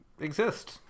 exist